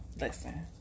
listen